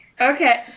Okay